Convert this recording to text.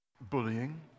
bullying